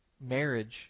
marriage